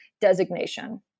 designation